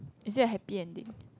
is it a happy ending